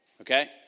Okay